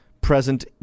present